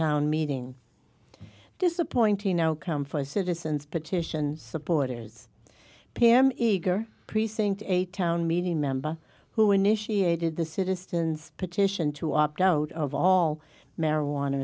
town meeting disappointing outcome for citizens petition supporters pm eager precinct a town meeting member who initiated the citizen's petition to opt out of all marijuana